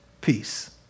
Peace